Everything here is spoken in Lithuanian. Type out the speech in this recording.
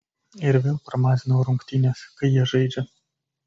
ir vėl pramazinau rungtynes kai jie žaidžia